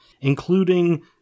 including